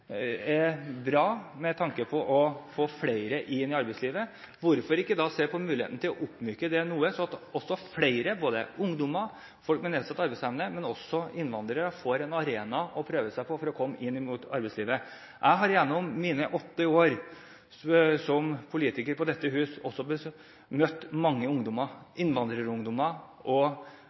er bra med tanke på å få flere inn i arbeidslivet. Hvorfor ikke da se på muligheten for å myke det opp noe, slik at flere ungdommer, folk med nedsatt arbeidsevne og også innvandrere får en arena å prøve seg på for å komme inn i arbeidslivet? Jeg har gjennom mine åtte år som politiker i dette hus møtt mange ungdommer, innvandrerungdommer og